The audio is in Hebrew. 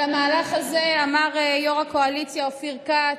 על המהלך הזה אמר יו"ר הקואליציה אופיר כץ: